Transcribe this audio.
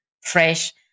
fresh